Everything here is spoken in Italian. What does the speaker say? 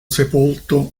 sepolto